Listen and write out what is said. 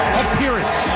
appearance